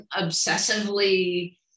obsessively